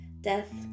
Death